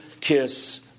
kiss